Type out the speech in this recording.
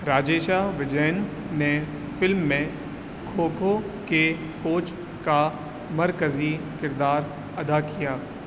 راجیشا وجین نے فلم میں کھو کھو کے کوچ کا مرکزی کردار ادا کیا